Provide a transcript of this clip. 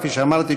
כפי שאמרתי,